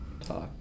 talk